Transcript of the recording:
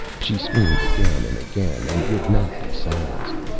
she screamed again and again, and would not be silenced.